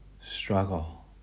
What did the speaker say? struggle